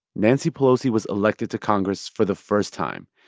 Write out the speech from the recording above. nancy pelosi was elected to congress for the first time.